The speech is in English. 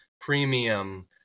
premium